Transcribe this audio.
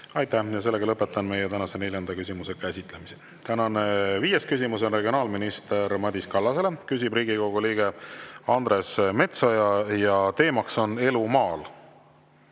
Aitäh! Lõpetan meie tänase neljanda küsimuse käsitlemise. Tänane viies küsimus on regionaalminister Madis Kallasele. Küsib Riigikogu liige Andres Metsoja ja teemaks on elu maal.